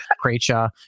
creature